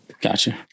Gotcha